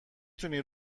تونی